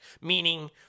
meaning